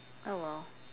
oh well